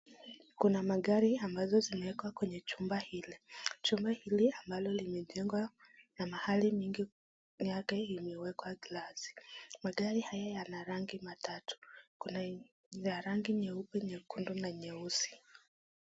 Magari ambazo zimewekwa kwenye jumba hili ambalo limejengwa na mahali mingi yake imewekwa glass .Magari haya yana rangi matatu, kuna ya rangi nyeupe, nyekundu na nyeusi.